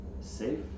safe